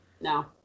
no